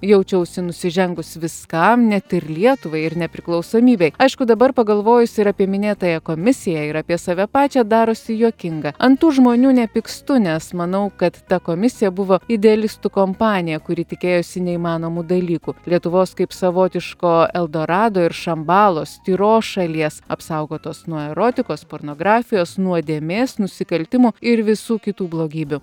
jaučiausi nusižengus viskam net ir lietuvai ir nepriklausomybei aišku dabar pagalvojusi ir apie minėtąją komisiją ir apie save pačią darosi juokinga ant tų žmonių nepykstu nes manau kad ta komisija buvo idealistų kompanija kuri tikėjosi neįmanomų dalykų lietuvos kaip savotiško eldorado ir šambalos tyros šalies apsaugotos nuo erotikos pornografijos nuodėmės nusikaltimų ir visų kitų blogybių